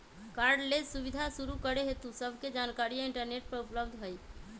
cardless सुबीधा शुरू करे हेतु सभ्भे जानकारीया इंटरनेट पर उपलब्ध हई